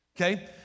Okay